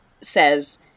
says